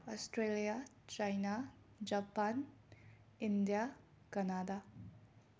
Australia China Japan India Canada